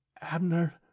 abner